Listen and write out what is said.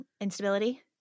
instability